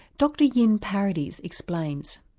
dr yin paradies explains.